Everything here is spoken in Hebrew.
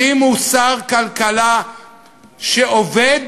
שימו שר כלכלה שעובד